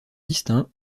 distincts